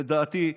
לדעתי,